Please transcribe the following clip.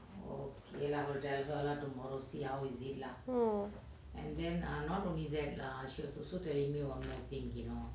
um